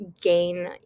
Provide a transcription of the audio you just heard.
gain